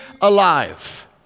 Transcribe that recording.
alive